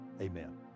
amen